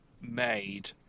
made